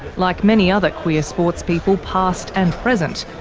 like many other queer sportspeople past and present,